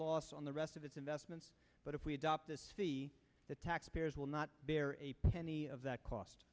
loss on the rest of its investments but if we adopt this fee the taxpayers will not bear a penny of that cost